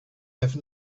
have